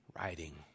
writing